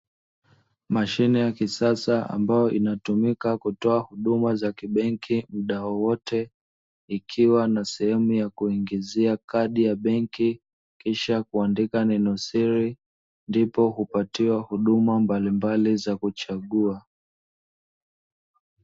Mashine ya kisasa ambayo inatumika kutoa huduma za kibenki mda wote, ikiwa na sehemu ya kuingizia kadi ya benki, kisha kuandika neno siri, ndipo hupatiwa huduma mbalimbali za kuchagua.